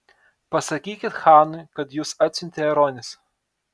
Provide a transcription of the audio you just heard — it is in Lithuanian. pasakykit chanui kad jus atsiuntė ronis